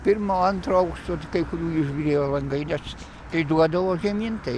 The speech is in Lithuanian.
pirmo antro aukšto kai kurių išbyrėjo langai nets kai duodavo žemyn tai